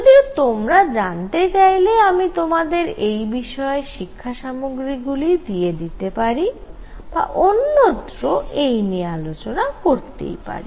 যদিও তোমরা জানতে চাইলে আমি তোমাদের এই বিষয়ে শিক্ষাসামগ্রী গুলি দিয়ে দিতে পারি বা অন্যত্র এই নিয়ে আলোচনা করতে পারি